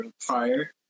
prior